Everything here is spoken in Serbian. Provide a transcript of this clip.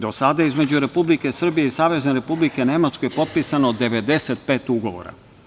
Do sada je između Republike Srbije i Savezne Republike Nemačke potpisano 95 ugovora.